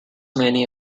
many